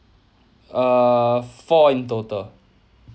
err four in total